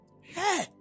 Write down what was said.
Hey